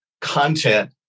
content